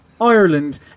Ireland